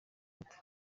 urupfu